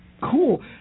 cool